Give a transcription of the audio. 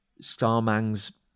Starman's